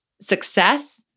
success